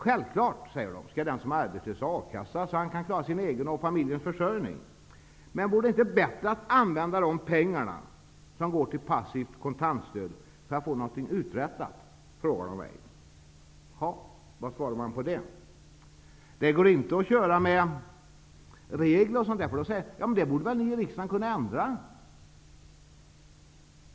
Självklart skall den som är arbetslös ha A-kassa så att hon eller han klarar sin egen och familjens försörjning. Men vore det inte bättre att använda de pengar som nu går till passivt kontantstöd till att få något uträttat? frågar man mig. Jaha, vad svarar man på det? Det går inte att köra med att det finns regler osv. Då säger man: Men det borde väl riksdagen kunna ändra.